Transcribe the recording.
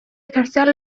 ejercer